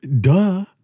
Duh